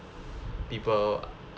people